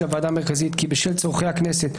הוועדה המרכזית כי בשל צורכי הכנסת,